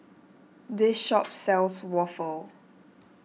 this shop sells Waffle